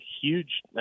huge